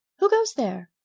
who goes there?